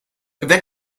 wer